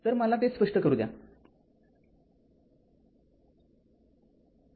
तर मला ते स्पष्ट करू द्या